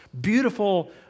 beautiful